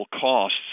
costs